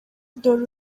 dore